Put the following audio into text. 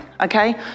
okay